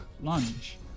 Lunge